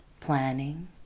planning